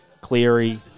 Cleary